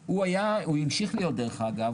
הוא המשיך להיות, דרך אגב.